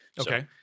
Okay